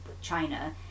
China